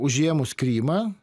užėmus krymą